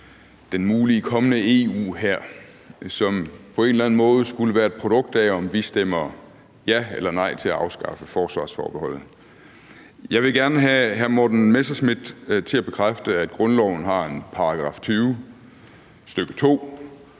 den mulige kommende EU-hær, som på en eller anden måde skulle være et produkt af, om vi stemmer ja eller nej til at afskaffe forsvarsforbeholdet. Jeg vil gerne have hr. Morten Messerschmidt til at bekræfte, at grundloven har en § 20, stk. 2,